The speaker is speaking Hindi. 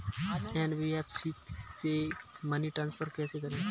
एन.बी.एफ.सी से मनी ट्रांसफर कैसे करें?